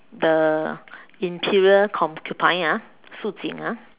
the interior concubine ah Shu-Jing ah